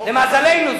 למזלנו,